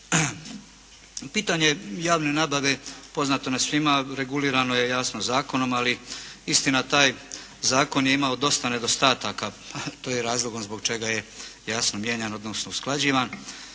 Pitanje javne nabave poznato nam svima regulirano je jasno zakonom. Ali istina taj zakon je imao dosta nedostataka pa to je i razlogom zbog čega je jasno mijenjan odnosno usklađivan